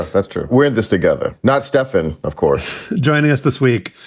ah that's true. we're in this together. not stefan, of course joining us this week,